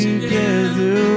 Together